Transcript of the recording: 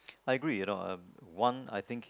I agree you know um one I think